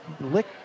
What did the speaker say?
lick